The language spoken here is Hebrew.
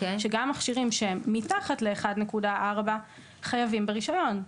שגם מכשירים שהם מתחת ל-1.4 חייבים ברישיון.